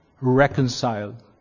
reconciled